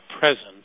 present